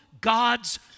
God's